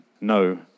no